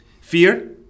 fear